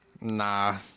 Nah